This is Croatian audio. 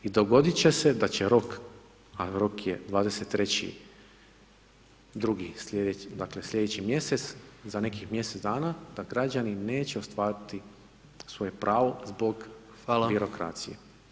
I dogoditi će se da će rok, a rok je 23.2. dakle sljedeći mjesec, za nekih mjesec dana, da građani neće ostvariti svoje pravo zbog birokracije.